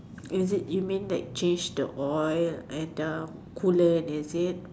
is it you mean that change the oil the cooler is it